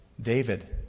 David